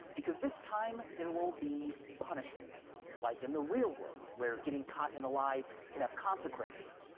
because this time, there will be punishments like in the real world where getting caught in a lie can have consequences.